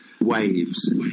waves